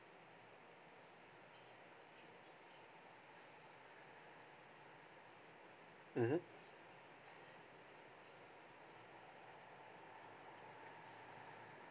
mmhmm